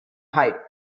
height